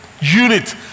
unit